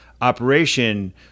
operation